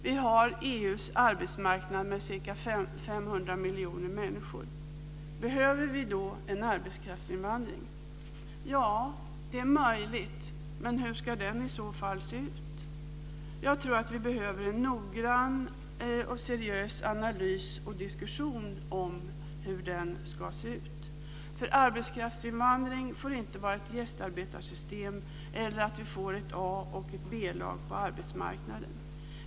Vi har Behöver vi då en arbetskraftsinvandring? Ja, det är möjligt. Men hur ska den i så fall se ut? Jag tror att vi behöver en noggrann och seriös analys och diskussion om detta. Arbetskraftsinvandringen får inte vara ett gästarbetarsystem eller medföra att vi får ett A och ett B-lag på arbetsmarknaden.